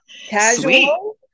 Casual